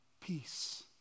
peace